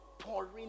Pouring